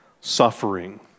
suffering